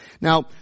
Now